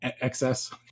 excess